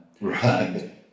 right